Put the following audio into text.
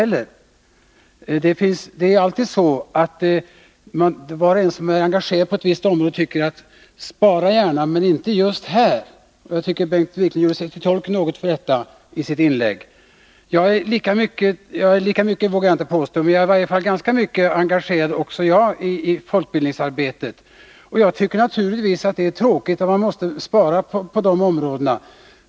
Det är ju alltid så att var och en som är engagerad på ett visst område menar: Spara gärna men inte just här! Jag tycker att Bengt Wiklund i sitt inlägg gör sig till tolk för en sådan inställning. Jag vågar väl inte påstå att jag är lika mycket engagerad i folkbildningsarbetet som Bengt Wiklund, men också jag är ganska mycket engagerad i det, och jag tycker naturligtvis att det är tråkigt att man måste spara på det området.